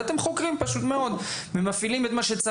ואז אתם חוקרים ומפעילים את מה שצריך?